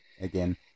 again